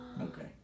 okay